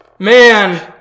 Man